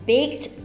Baked